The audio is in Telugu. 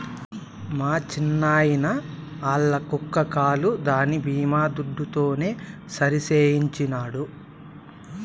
మా చిన్నాయిన ఆల్ల కుక్క కాలు దాని బీమా దుడ్డుతోనే సరిసేయించినాడు